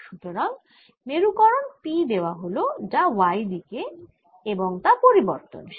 সুতরাং মেরুকরণ P দেওয়া হল যা Y দিকে এবং পরিবর্তনশীল